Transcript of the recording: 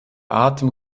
atem